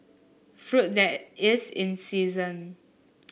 fruit that is in season